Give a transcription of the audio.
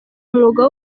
umwuga